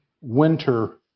winter